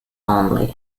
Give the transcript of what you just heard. only